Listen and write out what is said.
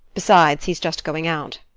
besides, he's just going out.